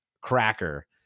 Cracker